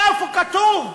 איפה כתוב?